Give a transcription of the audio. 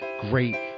great